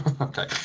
Okay